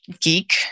geek